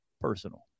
personal